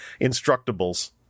instructables